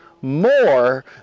more